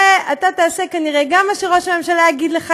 ואתה תעשה כנראה גם מה שראש הממשלה יגיד לך,